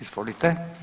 Izvolite.